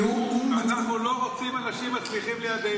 אנחנו לא רוצים אנשים מצליחים לידנו,